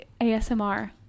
ASMR